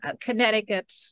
Connecticut